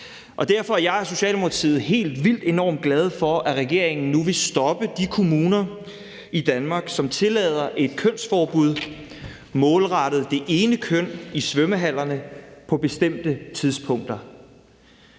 Derfor er jeg og Socialdemokratiet helt vildt enormt glade for, at regeringen nu vil stoppe de kommuner i Danmark, som tillader et kønsforbud målrettet det ene køn i svømmehallerne på bestemte tidspunkter.